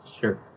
sure